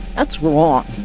that's wrong.